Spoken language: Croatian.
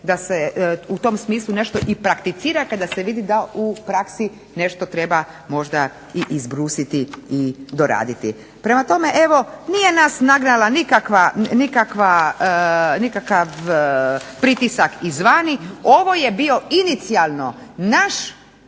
da se u tom smislu nešto i prakticira kada se vidi da u praksi nešto treba možda i izbrusiti i doraditi. Prema tome, evo nije nas nagnao nikakav pritisak izvana, ovo je bio inicijalno naš